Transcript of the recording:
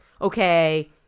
okay